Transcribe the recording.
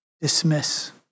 dismiss